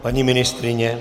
Paní ministryně?